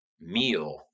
meal